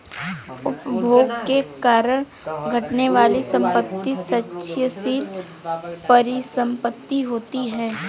उपभोग के कारण घटने वाली संपत्ति क्षयशील परिसंपत्ति होती हैं